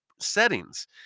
settings